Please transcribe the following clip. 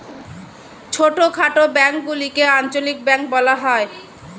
ছোটখাটো ব্যাঙ্কগুলিকে আঞ্চলিক ব্যাঙ্ক বলা হয়